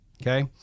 Okay